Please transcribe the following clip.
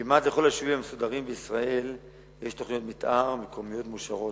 כמעט לכל היישובים המסודרים בישראל יש תוכניות מיתאר מקומיות מאושרות,